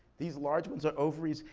these large ones are ovaries.